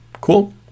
Cool